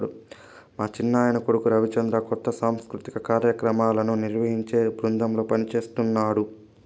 మా చిన్నాయన కొడుకు రవిచంద్ర కొత్తగా సాంస్కృతిక కార్యాక్రమాలను నిర్వహించే బృందంలో పనిజేస్తన్నడు